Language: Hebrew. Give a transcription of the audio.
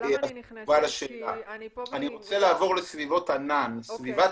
לגבי סביבות ענן, סביבות